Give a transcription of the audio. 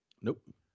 Nope